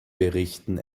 berichten